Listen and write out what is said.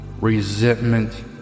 resentment